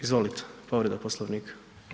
Izvolite, povreda Poslovnika.